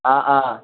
ஆ ஆ